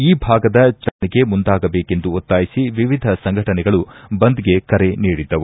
ಈ ಭಾಗದ ಜನರ ಹಿತರಕ್ಷಣೆಗೆ ಮುಂದಾಗಬೇಕೆಂದು ಒತ್ತಾಯಿಸಿ ವಿವಿಧ ಸಂಘಟನೆಗಳು ಬಂದ್ ಗೆ ಕರೆ ನೀಡಿದ್ದವು